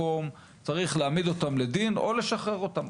צריך להעמיד אותם לדין או לשחרר אותם,